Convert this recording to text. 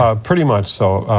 ah pretty much so.